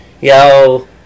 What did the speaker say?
Yo